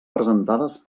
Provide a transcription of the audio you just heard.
presentades